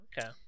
Okay